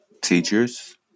teachers